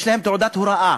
יש להם תעודת הוראה,